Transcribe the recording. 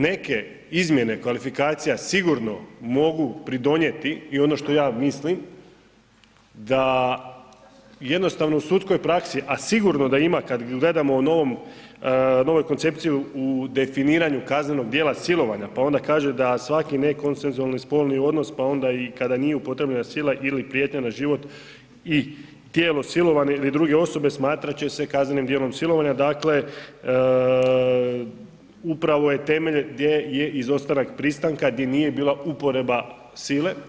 Neke izmjene kvalifikacija sigurno mogu pridonijeti i ono što ja mislim da jednostavno u sudskoj praksi, a sigurno da ima kad gledamo o novom, novoj koncepciji u definiraju kaznenog djela silovanja pa onda kaže da svaki nekonsenzualni spolni odnos pa ona i kada nije upotrijebljena sila ili prijetnja na život i tijelo silovane ili druge osobe smatrat će se kaznenim dijelom silovanja, dakle upravo je temelj gdje je izostanak pristanka gdje nije bila uporaba sile.